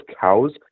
cows